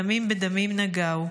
דמים בדמים נגעו,